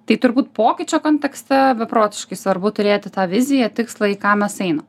tai turbūt pokyčio kontekste beprotiškai svarbu turėti tą viziją tikslą į ką mes einam